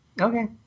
Okay